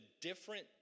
different